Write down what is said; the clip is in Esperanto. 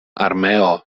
armeo